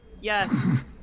Yes